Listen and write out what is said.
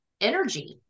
energy